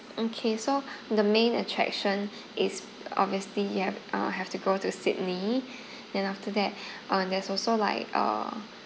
okay so the main attraction is obviously you have uh have to go to sydney then after that uh there's also like uh